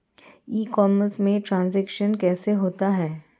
ई commerce में transaction कैसे होता है?